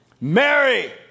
Mary